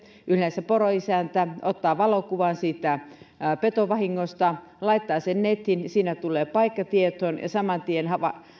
yleensä poroisäntä ottaa valokuvan siitä petovahingosta laittaa sen nettiin ja siinä tulee paikka tietoon ja saman tien